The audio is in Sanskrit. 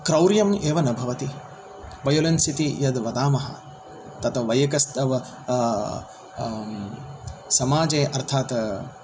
क्रौर्यम् एव न भवति वोयेलेन्स् इति यद् वदामः तत् वयकस्तव समाजे अर्थात्